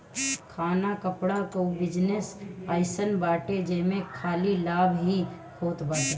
खाना कपड़ा कअ बिजनेस अइसन बाटे जेमे खाली लाभ ही होत बाटे